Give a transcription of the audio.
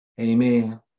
Amen